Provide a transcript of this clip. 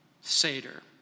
Seder